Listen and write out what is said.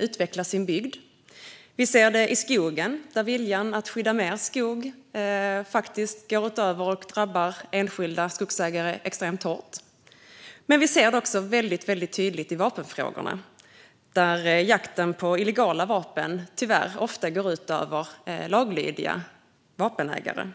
utveckla sin bygd. Vi ser det i fråga om skogen, där viljan att skydda mer skog drabbar enskilda skogsägare extremt hårt. Vi ser det också väldigt tydligt i vapenfrågorna. Jakten på illegala vapen går tyvärr ofta ut över laglydiga vapenägare.